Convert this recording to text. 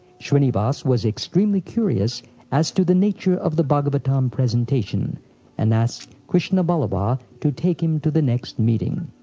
shrinivas was extremely curious as to the nature of the bhagavatam presentation and asked krishna ballabha to take him to the next meeting.